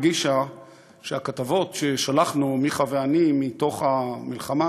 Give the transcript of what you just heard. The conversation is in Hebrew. הרגישה שהכתבות ששלחנו מיכה ואני מתוך המלחמה,